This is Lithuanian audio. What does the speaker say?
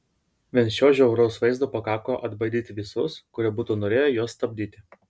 vien šio žiauraus vaizdo pakako atbaidyti visus kurie būtų norėję juos stabdyti